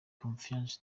confiance